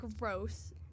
gross